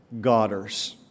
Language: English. godders